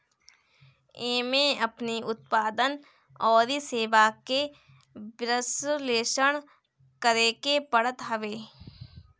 एमे अपनी उत्पाद अउरी सेवा के विश्लेषण करेके पड़त हवे